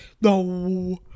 no